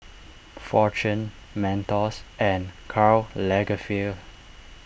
fortune Mentos and Karl Lagerfeld